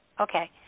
Okay